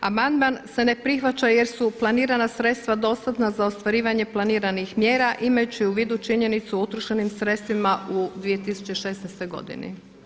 Amandman se ne prihvaća jer su planirana sredstva dostatna za ostvarivanje planiranih mjera imajući u vidu činjenicu o utrošenim sredstvima u 2016. godini.